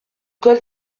col